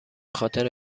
خاطر